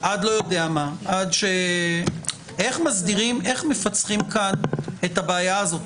איך מפצחים כאן את הבעיה הזאת?